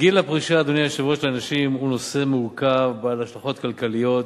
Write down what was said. הפרישה לנשים הוא נושא מורכב בעל השלכות כלכליות,